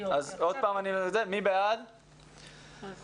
מי בעד אי